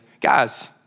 Guys